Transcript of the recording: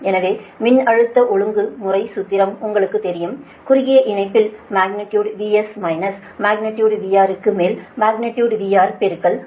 எனவே மின்னழுத்த ஒழுங்கு முறை சூத்திரம் உங்களுக்குத் தெரியும் குறுகிய இணைப்பில் magnitude VS minus magnitude VR க்கு மேல் மக்னிடியுடு VR பெருக்கல் 100